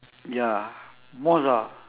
ya most ah